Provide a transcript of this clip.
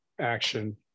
action